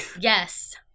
Yes